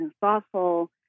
thoughtful